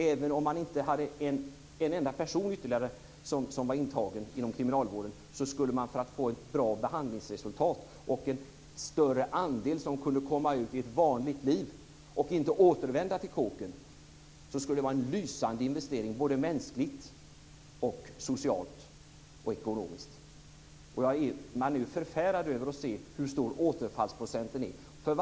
Även utan ytterligare en enda person intagen inom kriminalvården skulle ett bra behandlingsresultat och en större andel som kunde komma ut i ett vanligt liv och inte återvända till kåken vara en lysande investering mänskligt, socialt och ekonomiskt. Man är ju förfärad över det stora procenttalet återfall.